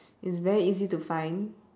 it's very easy to find